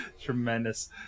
tremendous